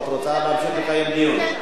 או שאת רוצה להמשיך לקיים דיון?